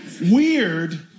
weird